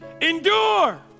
Endure